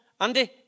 Andy